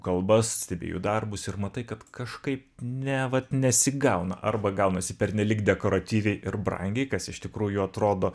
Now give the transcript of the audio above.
kalbas stebi jų darbus ir matai kad kažkaip ne vat nesigauna arba gaunasi pernelyg dekoratyviai ir brangiai kas iš tikrųjų atrodo